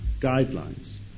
guidelines